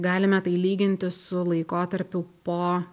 galime tai lyginti su laikotarpiu po